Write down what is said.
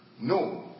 No